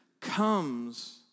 comes